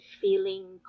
feeling